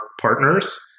partners